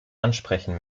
ansprechen